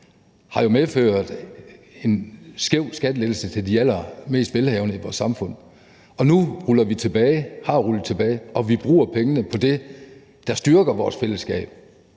medført en skæv skattelettelse til de allermest velhavende i vores samfund, og nu har vi rullet den tilbage, og vi bruger pengene på det, der styrker vores fællesskab: